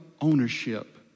ownership